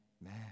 man